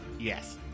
yes